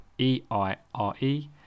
E-I-R-E